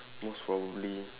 most probably